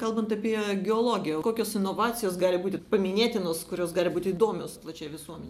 kalbant apie geologiją kokios inovacijos gali būti paminėtinos kurios gali būti įdomios plačiai visuomenei